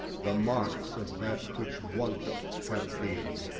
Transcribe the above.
the marks of that which once hath been.